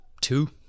Two